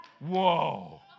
Whoa